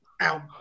out